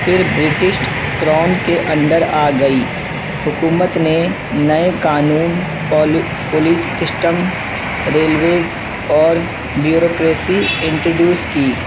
پھر British crown کے under آ گئی حکومت نے نئے قانون پولیس سسٹم ریلویز اور بیوروکریسی انٹروڈیوس کی